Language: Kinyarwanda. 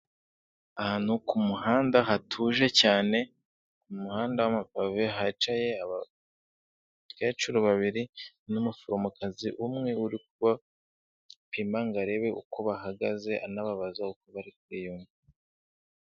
Ahantu ku kumuhanda hatuje cyane, umuhanda w'amapave hicaye abakecuru babiri n'umuforomokazi umwe uri kubapima ngo arebe uko bahagaze, anababaza uko bari kwiyumva.